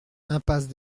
impasse